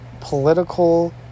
political